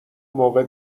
موقع